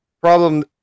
problem